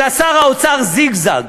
אלא שר האוצר זיגזג.